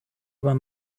aber